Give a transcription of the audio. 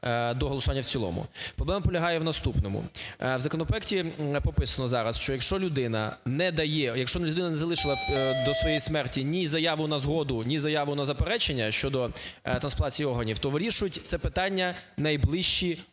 до голосування в цілому. Проблема полягає в наступному, в законопроекті прописано зараз, що якщо людина не дає, якщо людина не залишала до своєї смерті ні заяву на згоду, ні заяву на заперечення щодо трансплантації органів, то вирішують це питання найближчі